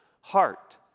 heart